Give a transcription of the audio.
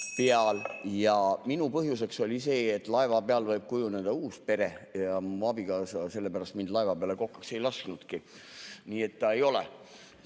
peal. Minul oli põhjuseks see, et laeva peal võib kujuneda uus pere ja mu abikaasa sellepärast mind laeva peale kokaks ei lasknudki. Nii et nii ei ole.